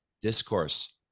discourse